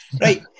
Right